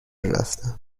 رفته